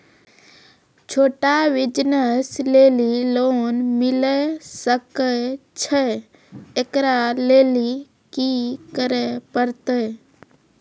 छोटा बिज़नस लेली लोन मिले सकय छै? एकरा लेली की करै परतै